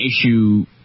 issue